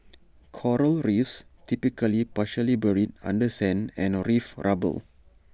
Coral reefs typically partially buried under sand and reef rubble